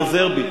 אני חוזר בי.